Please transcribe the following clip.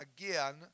again